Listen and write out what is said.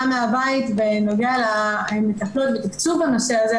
מהבית בנוגע להיתכנות ותקצוב הנושא הזה,